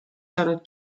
saanud